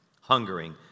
Hungering